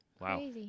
Wow